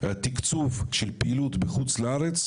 תקצוב של פעילות בחוץ לארץ,